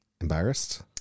Embarrassed